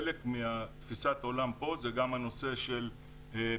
חלק מתפיסת העולם פה זה גם הנושא של פרסום,